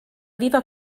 viva